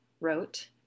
wrote